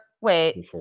wait